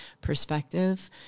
perspective